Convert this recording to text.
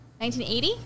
1980